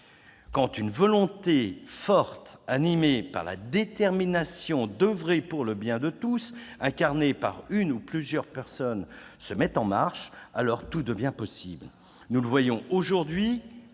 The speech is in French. Quand une volonté forte animée par la détermination d'oeuvrer pour le bien de tous, incarnée par une ou plusieurs personnes, se met en marche, alors tout devient possible ! Nous le constatons aujourd'hui